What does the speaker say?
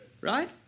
Right